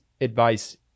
advice